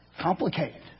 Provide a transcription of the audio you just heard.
complicated